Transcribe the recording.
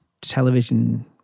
television